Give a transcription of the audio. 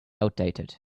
outdated